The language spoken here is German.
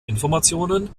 informationen